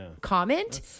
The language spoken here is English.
Comment